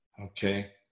okay